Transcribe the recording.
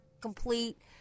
complete